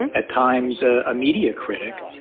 and at times a media critic.